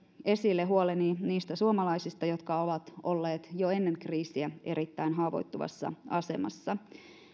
esille huoleni niistä suomalaisista jotka ovat olleet jo ennen kriisiä erittäin haavoittuvassa asemassa